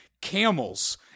camels